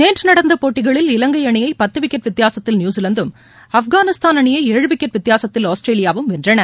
நேற்று நடந்த போட்டிகளில் இலங்கை அணியை பத்து விக்கெட் வித்தியாசத்தில் நியூசிலாந்தும் ஆப்கானிஸ்தான் அணியை ஏழு விக்கெட் வித்தியாசத்தில் ஆஸ்திரேலியாவும் வென்றன